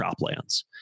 croplands